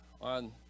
on